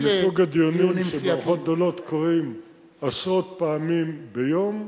זה מסוג הדיונים שבמערכות גדולות קורים עשרות פעמים ביום,